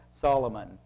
Solomon